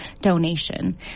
donation